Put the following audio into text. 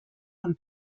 von